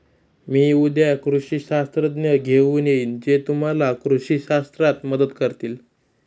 मी उद्या कृषी शास्त्रज्ञ घेऊन येईन जे तुम्हाला कृषी शास्त्रात मदत करतील